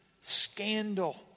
Scandal